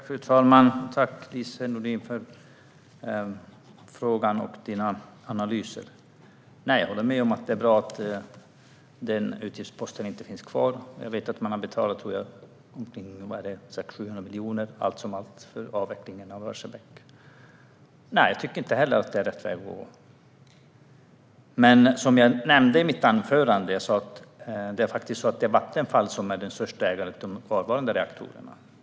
Fru talman! Tack, Lise Nordin, för frågan och dina analyser! Jag håller med om att det är bra att den utgiftsposten inte finns kvar. Jag vet att man har betalat, tror jag, 600-700 miljoner allt som allt för avvecklingen av Barsebäck. Inte heller jag tycker att det är rätt väg att gå. Men som jag nämnde i mitt anförande är det Vattenfall som är den största ägaren till de kvarvarande reaktorerna.